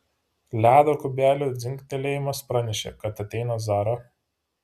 ledo kubelių dzingtelėjimas pranešė kad ateina zara